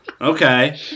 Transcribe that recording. okay